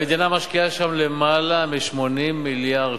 המדינה משקיעה שם יותר מ-80 מיליארד